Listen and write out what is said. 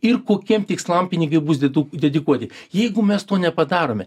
ir kokiem tikslam pinigai bus dedu dedikuoti jeigu mes to nepadarome